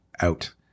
out